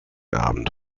abend